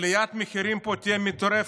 עליית המחירים פה תהיה מטורפת.